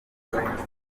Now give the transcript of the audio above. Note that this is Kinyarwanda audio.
rwanda